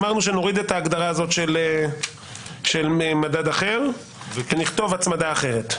אמרנו שנוריד את ההגדרה הזאת של "מדד אחר" ונכתוב "הצמדה אחרת".